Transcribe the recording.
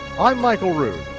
i'm michael rood,